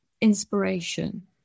inspiration